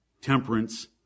temperance